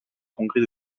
congrès